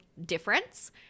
difference